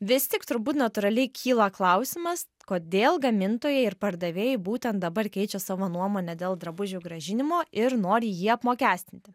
vis tik turbūt natūraliai kyla klausimas kodėl gamintojai ir pardavėjai būtent dabar keičia savo nuomonę dėl drabužių grąžinimo ir nori jį apmokestinti